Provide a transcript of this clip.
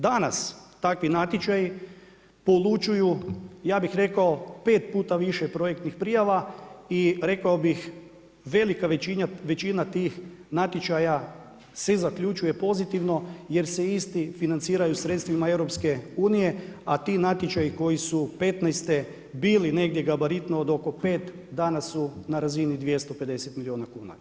Danas, takvi natječaji polučuju, ja bih rekao 5 puta više projektnih prijava i rekao bih velika većina tih natječaja se zaključuje pozitivno jer se isti financiraju sredstvima EU, a ti natječaji koji su 15'-te bili negdje gabaritno od oko 5, danas su na razini 250 milijuna kuna.